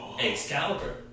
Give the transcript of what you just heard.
Excalibur